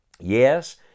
Yes